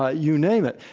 ah you name it.